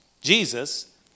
Jesus